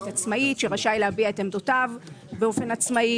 עצמאית שרשאי להביע את עמדותיו באופן עצמאי,